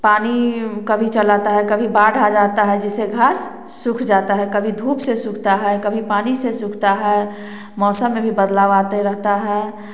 पानी कभी चला आता है कभी बाढ़ आ जाता है जिससे घास सूख जाता है कभी धूप से सूखता है कभी पानी से सूखता है मौसम में भी बदलाव आते रहता है